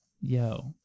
Yo